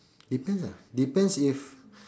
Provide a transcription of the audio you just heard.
depends lah depends if